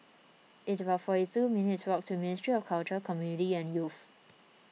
it's about forty two minutes' walk to Ministry of Culture Community and Youth